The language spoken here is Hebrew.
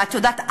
את יודעת,